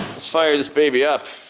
let's fire this baby up.